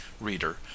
reader